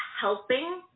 helping